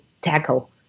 tackle